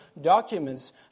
documents